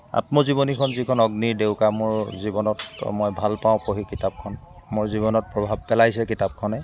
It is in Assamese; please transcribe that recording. আত্মজীৱনীখন যিখন অগ্নিৰ ডেউকা মোৰ জীৱনত মই ভাল পাওঁ পঢ়ি কিপাতখন মোৰ জীৱনত প্ৰভাৱ পেলাইছে কিতাপখনে